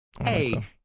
Hey